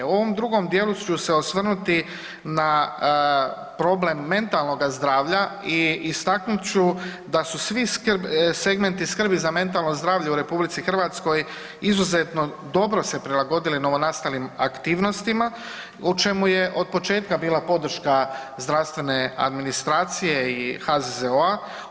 U ovom drugom dijelu ću se osvrnuti na problem mentalnoga zdravlja i istaknut ću da su svi segmenti skrbi za mentalno zdravlje u RH izuzetno dobro se prilagodile novonastalim aktivnostima, u čemu je od početka bila podrška zdravstvene administracije i HZZO-a.